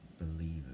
believers